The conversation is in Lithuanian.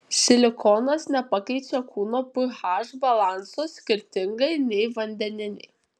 silikonas nepakeičia kūno ph balanso skirtingai nei vandeniniai